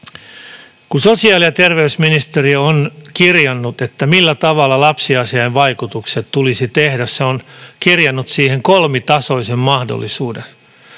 Kun sosiaali- ja terveysministeriö on kirjannut, millä tavalla lapsivaikutusten arvioinnit tulisi tehdä, se on kirjannut siihen kolmitasoisen mahdollisuuden.